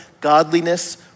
Godliness